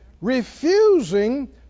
refusing